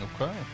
Okay